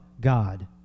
God